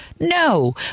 No